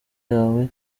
yawe